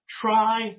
Try